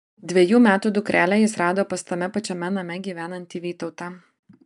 dvejų metų dukrelę jis rado pas tame pačiame name gyvenantį vytautą